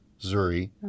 Zuri